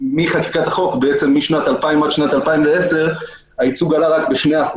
מחקיקת החוק, משנת 2000, עד שנת 2010, רק ב-2%,